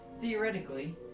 Theoretically